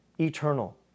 eternal